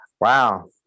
Wow